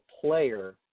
player